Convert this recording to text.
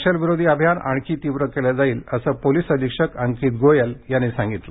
नक्षलविरोधी अभियान आणखी तीव्र केलं जाईल असं पोलिस अधीक्षक अंकित गोयल यांनी सांगितलं